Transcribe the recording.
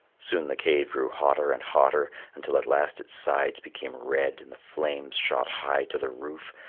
soon the cave grew hotter and hotter until at last its sides became red and the flames shot high to the roof,